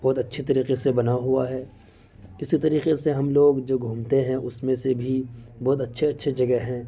بہت اچھے طریقے سے بنا ہوا ہے اسی طریقے سے ہم لوگ جو گھومتے ہیں اس میں سے بھی بہت اچھے اچھے جگہ ہیں